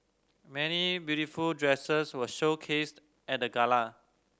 many beautiful dresses were showcased at the gala